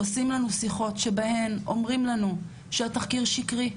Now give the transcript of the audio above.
עושים לנו שיחות שבהן אומרים לנו שהתחקיר שקרי,